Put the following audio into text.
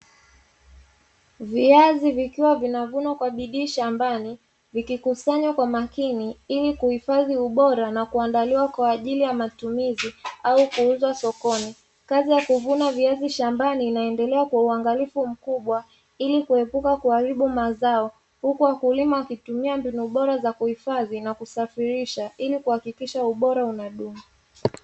Viazo vikiwa vinavunwa kwa bidii shambani vikikusanywa kwa makini ili kuhifadhi ubora na kuandaliwa kwa ajili ya matumizi au kuuzwa sokoni. Kazi ya kuvuna viazi shambani inaendelea kwa uangalifu mkubwa ili kuepuka kuharibu mazao, huku wakulima wakitumia mbinu bora za kuhifadhi na kusafirisha ili kuhakikisha ubora unadumu.